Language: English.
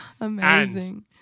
Amazing